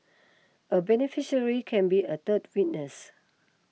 a beneficiary can be a third witness